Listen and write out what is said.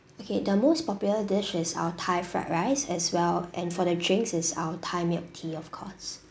okay the most popular dish is our thai fried rice as well and for the drinks is our thai milk tea of course